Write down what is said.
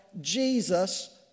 Jesus